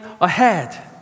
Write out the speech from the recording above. ahead